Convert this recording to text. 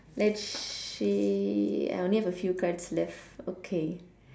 let's see I only have a few cards left okay